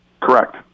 Correct